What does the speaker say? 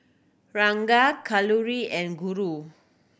Ranga Kalluri and Guru